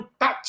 touch